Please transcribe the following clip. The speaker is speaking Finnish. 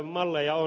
malleja on